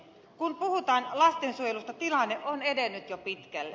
kun puhutaan lastensuojelusta tilanne on edennyt jo pitkälle